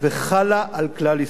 וחלה על כלל ישראל.